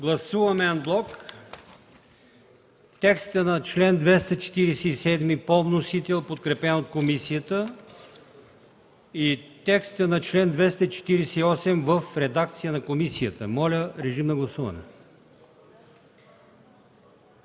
гласуване чл. 247 по вносител, подкрепен от комисията и текста на чл. 248 в редакция на комисията. Моля, режим на гласуване.